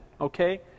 okay